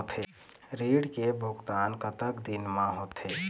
ऋण के भुगतान कतक दिन म होथे?